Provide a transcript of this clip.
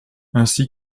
ainsi